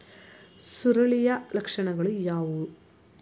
ಸುರುಳಿಯ ಲಕ್ಷಣಗಳು ಯಾವುವು?